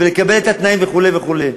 ולקבל את התנאים וכו' וכו'.